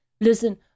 Listen